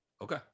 Okay